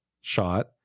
shot